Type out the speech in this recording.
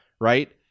right